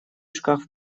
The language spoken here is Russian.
шкаф